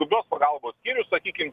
skubios pagalbos skyrius sakykim